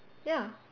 ya